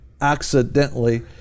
accidentally